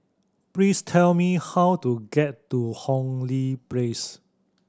please tell me how to get to Hong Lee Place